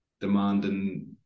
demanding